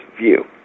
view